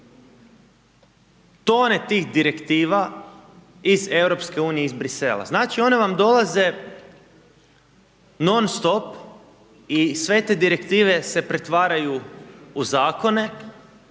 tone tih Direktiva iz EU i iz Brisela. Znači, one vam dolaze non stop i sve te Direktive se pretvaraju u zakone